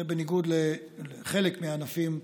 זה בניגוד לחלק מהענפים,